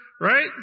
right